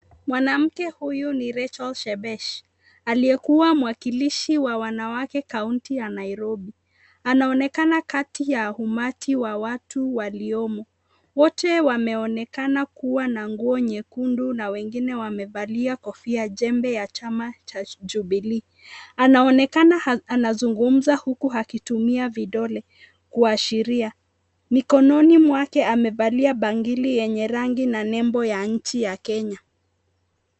Mwanamke huyu ni Rachael Shebesh aliyekuwa mwakilishi wa wanawake county ya Nairobi. Anaonekana kati ya umati wa watu waliomo. Wote wameonekana kuwa na nguo nyekundu na wengine wamevalia kofia jembe ya chama cha jubilee. Anaonekana anazungumza huku akitumia vidole kuashiria mikononi mwake amevalia bangili yenye rangi na nembo ya inchi ya Kenya.